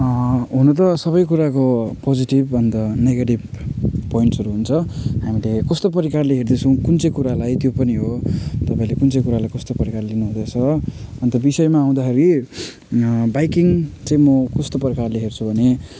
हुनु त सबै कुराको पोजिटिभ अन्त नेगेटिभ पोइन्ट्सहरू हुन्छ हामीले कस्तो प्रकारले हेर्दैछौँ कुन चाहिँ कुरालाई त्यो पनि हो तपाईँले कुन चाहिँ कुरालाई कस्तो प्रकारले लिनु हुँदैछ अन्त विषयमा आउँदाखेरि बाइकिङ चाहिँ म कस्तो प्रकारले हेर्छु भने